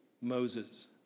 Moses